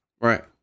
Right